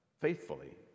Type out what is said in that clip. faithfully